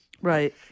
Right